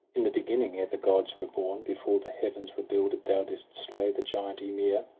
in the beginning, ere the gods were born, before the heavens were builded, thou didst slay the giant ymir,